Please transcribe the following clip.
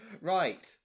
Right